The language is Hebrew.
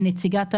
לנציגת העמותה,